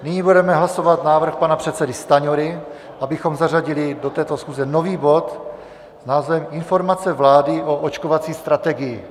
Nyní budeme hlasovat návrh pana předsedy Stanjury, abychom zařadili do této schůze nový bod s názvem Informace vlády o očkovací strategii.